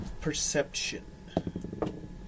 perception